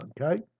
Okay